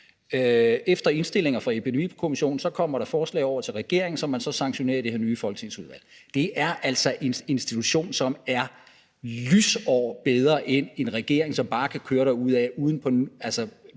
Efter indstillinger fra epidemikommissionen kommer der forslag over til regeringen, som man så sanktionerer i det her nye folketingsudvalg. Det er altså en institution, som er lysår bedre end en regering, som bare kan køre derudad uden på